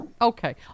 okay